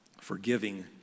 forgiving